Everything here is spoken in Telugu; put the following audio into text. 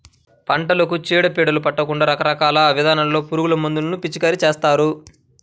పంటలకు చీడ పీడలు పట్టకుండా రకరకాల విధానాల్లో పురుగుమందులను పిచికారీ చేస్తారు